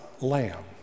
lamb